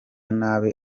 nabi